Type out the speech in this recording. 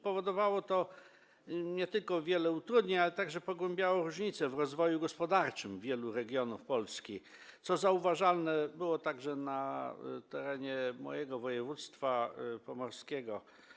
Powodowało to nie tylko wiele utrudnień, ale także pogłębiało różnice w rozwoju gospodarczym wielu regionów Polski, co zauważalne było także na terenie mojego województwa pomorskiego.